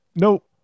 nope